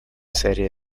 series